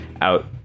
out